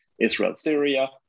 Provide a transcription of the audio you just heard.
Israel-Syria